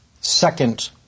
second